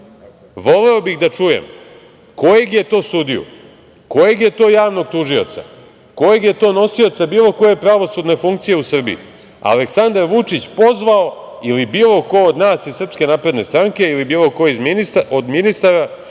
bih da čujem kojeg je to sudiju, kojeg je to javnog tužioca, kojeg je to nosioca bilo koje pravosudne funkcije u Srbiji Aleksandar Vučić pozvao ili bilo ko od nas iz Srpske napredne stranke ili bilo ko od ministara